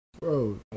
Bro